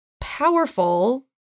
powerful